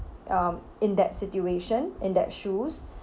um in that situation in that shoes